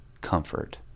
comfort